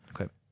Okay